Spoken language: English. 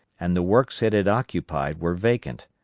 and the works it had occupied were vacant.